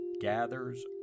gathers